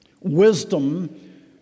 wisdom